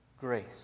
Grace